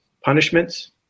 punishments